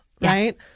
right